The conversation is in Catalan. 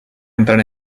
entrar